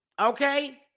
okay